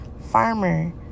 farmer